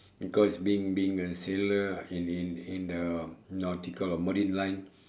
cause being being a sailor in in the nautical or marine line